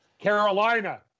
Carolina